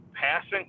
passing